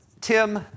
Tim